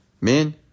Men